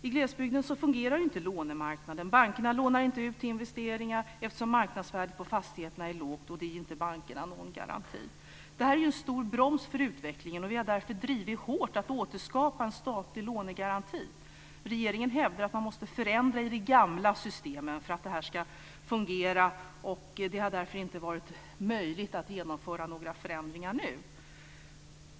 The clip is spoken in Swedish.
I glesbygden fungerar inte lånemarknaden. Bankerna lånar inte ut till investeringar, eftersom marknadsvärdet på fastigheterna är lågt och det inte ger bankerna någon garanti. Det här är en stor broms för utvecklingen. Vi har därför drivit hårt att man ska återskapa en statlig lånegaranti. Regeringen hävdar att man måste förändra i de gamla systemen för att detta ska fungera. Det har därför inte varit möjligt att genomföra några förändringar nu.